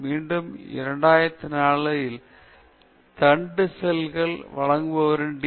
மீண்டும் 2004 தாளில் தண்டு செல்கள் வழங்குபவரின் டி